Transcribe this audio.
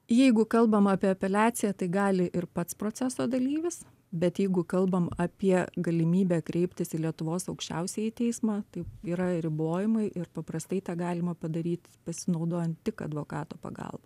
jeigu kalbam apie apeliaciją tai gali ir pats proceso dalyvis bet jeigu kalbam apie galimybę kreiptis į lietuvos aukščiausiąjį teismą tai yra ribojimai ir paprastai tą galima padaryt pasinaudojant tik advokato pagalba